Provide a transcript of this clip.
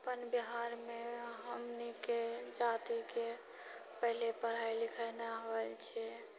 अपन बिहारमे हमनीके जातिके पहिले पढ़ाइ लिखाइ नऽ होबेल छै